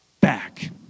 back